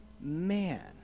man